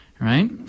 Right